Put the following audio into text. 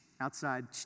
outside